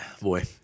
boy